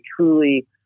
truly